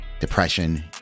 depression